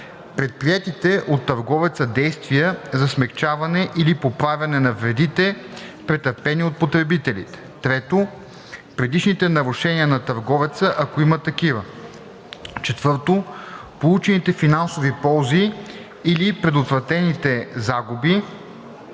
предприетите от търговеца действия за смекчаване или поправяне на вредите, претърпени от потребителите; 3. предишните нарушения на търговеца, ако има такива; 4. получените финансови ползи или предотвратените загуби